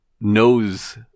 knows